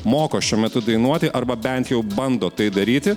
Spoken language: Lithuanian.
moko šiuo metu dainuoti arba bent jau bando tai daryti